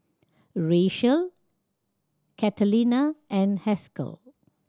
Rachael Catalina and Haskell